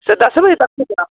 sir दस बजे तक पुज्जना